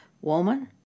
woman